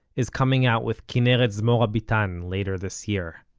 is coming out with kinneret zmora bitan later this year.